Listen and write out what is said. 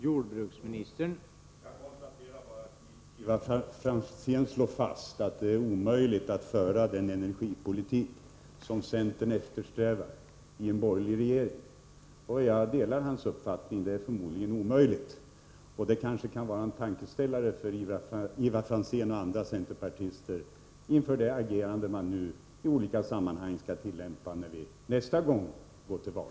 Herr talman! Jag konstaterar bara att Ivar Franzén slår fast att det är omöjligt att i en borgerlig regering föra en energipolitik av det slag som centern eftersträvar. Och jag delar Ivar Franzéns uppfattning — det är förmodligen omöjligt. Det kan kanske vara en tankeställare för Ivar Franzén och andra centerpartister inför det agerande som man i olika sammanhang skall tillämpa när vi nästa gång går till val.